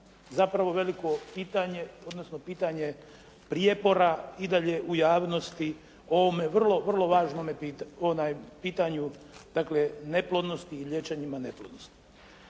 zapravo veliko pitanje odnosno pitanje prijepora i dalje u javnosti o ovome vrlo, vrlo važnome pitanju dakle neplodnosti i liječenjima neplodnosti.